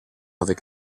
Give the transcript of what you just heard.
avec